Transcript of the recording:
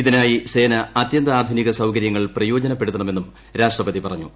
ഇതിനായി സേന അത്യന്താധുനിക സൌകര്യങ്ങൾ പ്രയോജനപ്പെടുത്തണമെന്നും രാഷ്ട്രപതി പറഞ്ഞു